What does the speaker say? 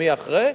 למי אחרי.